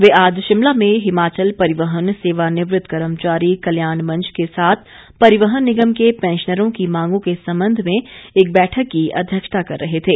वे आज शिमला में हिमाचल परिवहन सेवानिवृत कर्मचारी कल्याण मंच के साथ परिवहन निगम के पैंशनरों की मांगों के संबंध में एक बैठक की अध्यक्षता कर रहे थे